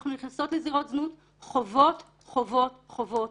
אנחנו נכנסות לזירות זנות - חובות, חובות, חובות.